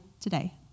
today